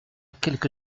quelque